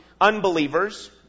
unbelievers